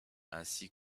ainsi